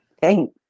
thank